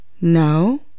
no